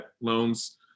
loans